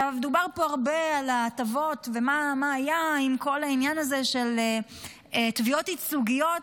דובר פה הרבה על ההטבות ומה היה עם כל העניין הזה של תביעות ייצוגיות.